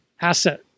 asset